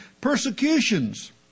persecutions